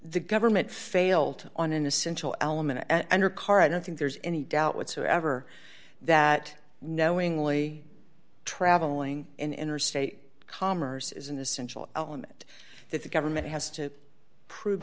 the government failed on an essential element and her car i don't think there's any doubt whatsoever that knowingly traveling in interstate commerce is an essential element that the government has to prove